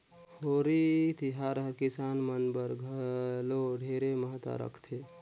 होरी तिहार हर किसान मन बर घलो ढेरे महत्ता रखथे